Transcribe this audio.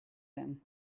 them